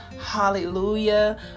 hallelujah